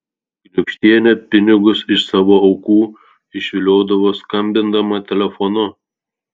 kniūkštienė pinigus iš savo aukų išviliodavo skambindama telefonu